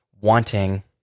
wanting